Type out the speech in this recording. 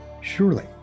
surely